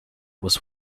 was